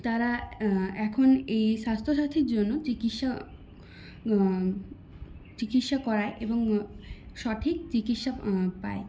তারা এখন এই স্বাস্থ্যসাথীর জন্য চিকিৎসা চিকিৎসা করায় এবং সঠিক চিকিৎসা পায়